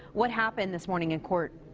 what happened this morning in court?